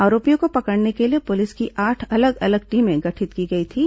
आरोपियों को पकड़ने के लिए पुलिस की आठ अलग अलग टीमें गठित की गई थीं